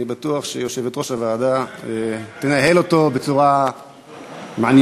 אני בטוח שיושבת-ראש הוועדה תנהל אותו בצורה מעניינת.